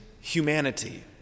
humanity